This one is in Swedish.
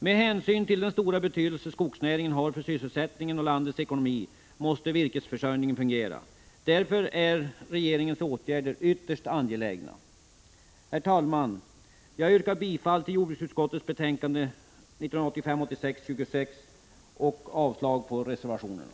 Med hänsyn till den stora betydelse som skogsnäringen har för sysselsättningen och landets ekonomi måste virkesförsörjningen fungera. Därför är regeringens åtgärder ytterst angelägna. Herr talman! Jag yrkar bifall till hemställan i jordbruksutskottets betänkande 1985/86:26 och avslag på reservationerna.